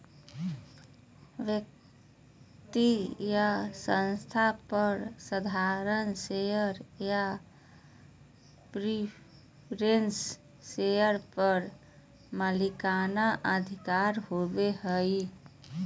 व्यक्ति या संस्था पर साधारण शेयर या प्रिफरेंस शेयर पर मालिकाना अधिकार होबो हइ